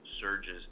surges